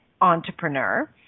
entrepreneur